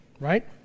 right